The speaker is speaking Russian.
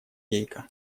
гейка